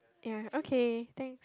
ya okay thanks